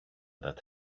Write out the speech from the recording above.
that